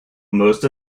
most